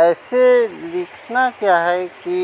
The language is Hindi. ऐसे लिखना क्या है कि